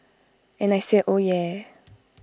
and I said oh yeah